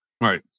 Right